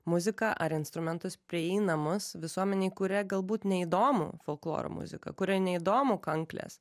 muziką ar instrumentus prieinamus visuomenei kuriai galbūt neįdomu folkloro muzika kuriai neįdomu kankles